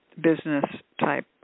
business-type